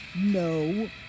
No